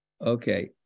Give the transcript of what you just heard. Okay